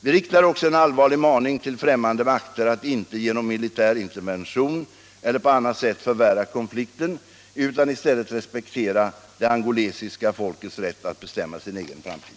Vi riktar också en allvarlig maning till främmande makter att inte genom militär intervention eller på annat sätt förvärra konflikten utan i stället respektera det angolesiska folkets rätt 39 att bestämma sin egen framtid.